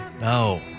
No